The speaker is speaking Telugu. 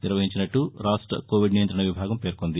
నిర్వహించినట్లు రాష్ట్ర కోవిడ్ నియంత్రణ విభాగం పేర్కొంది